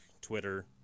twitter